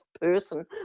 person